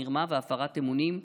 מרמה והפרת אמונים,